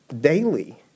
daily